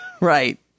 right